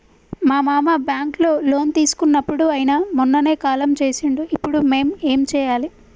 మా మామ బ్యాంక్ లో లోన్ తీసుకున్నడు అయిన మొన్ననే కాలం చేసిండు ఇప్పుడు మేం ఏం చేయాలి?